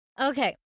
Okay